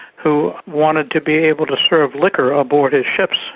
who wanted to be able to serve liquor aboard his ships.